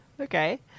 Okay